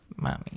Mommy